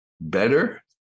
better